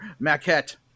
maquette